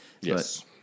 yes